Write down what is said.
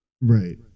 right